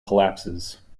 collapses